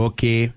Okay